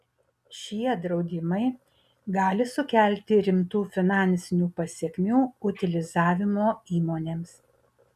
šie draudimai gali sukelti rimtų finansinių pasekmių utilizavimo įmonėms